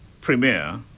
premier